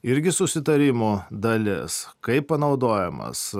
irgi susitarimo dalis kaip panaudojamas